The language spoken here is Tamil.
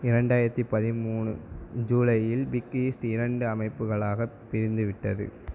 இரண்டாயிரத்து பதிமூணு ஜூலையில் பிக் ஈஸ்ட் இரண்டு அமைப்புகளாகப் பிரிந்து விட்டது